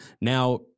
Now